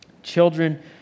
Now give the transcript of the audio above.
Children